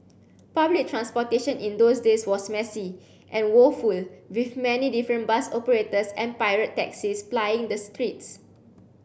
public transportation in those days was messy and woeful with many different bus operators and pirate taxis plying the streets